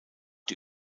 die